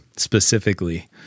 specifically